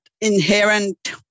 inherent